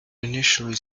initially